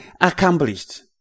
accomplished